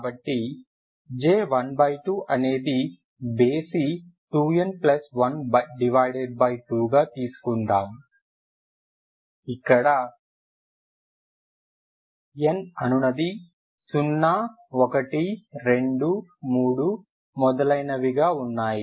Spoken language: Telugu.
కాబట్టి J12అనేది బేసి 2n12 గా తీసుకుందాం ఇక్కడ n అనునది 0 1 2 3 మొదలైనవిగ వున్నాయి